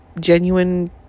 genuine